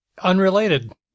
Unrelated